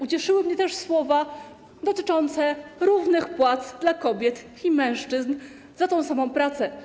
Ucieszyły mnie słowa dotyczące równych płac dla kobiet i mężczyzn za tę samą pracę.